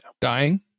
Dying